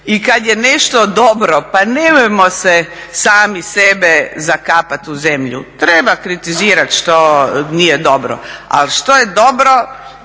I kad je nešto dobro, pa nemojmo se sami sebe zakapati u zemlju. Treba kritizirati što nije dobro, ali što je dobro,